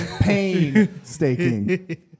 painstaking